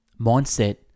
mindset